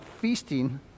feasting